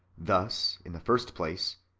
thus, in the first place,